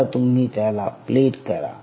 आता तुम्ही त्याला प्लेट करा